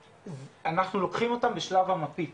אנחנו לוקחים אותם בשלב המפית,